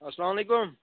اَسلامُ علیکُم